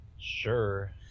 Sure